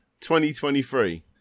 2023